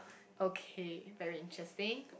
okay very interesting